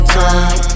time